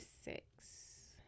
six